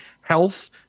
health